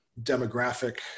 demographic